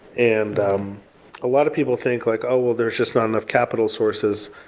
and a lot of people think like, oh, well. there're just not enough capital sources.